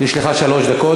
יש לך שלוש דקות.